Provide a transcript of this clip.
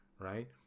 right